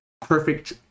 perfect